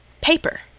Paper